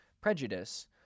prejudice